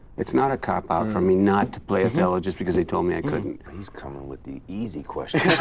it's not a cop out for me not to play othello just because they told me i couldn't. he's coming with the easy questions.